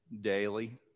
daily